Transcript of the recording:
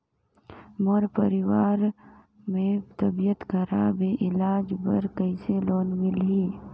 मोर परवार मे तबियत खराब हे इलाज बर कइसे लोन मिलही?